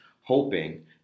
Hoping